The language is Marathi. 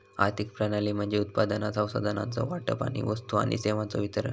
आर्थिक प्रणाली म्हणजे उत्पादन, संसाधनांचो वाटप आणि वस्तू आणि सेवांचो वितरण